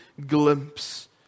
glimpse